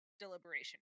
deliberation